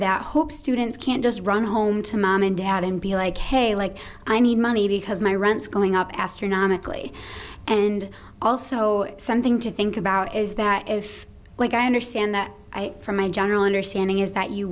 that hope students can't just run home to mom and dad and be like hey like i need money because my rents going up astronomically and also something to think about is that if like i understand that i from my general understanding is that you